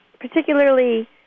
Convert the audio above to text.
particularly